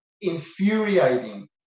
infuriating